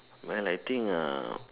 well I think uh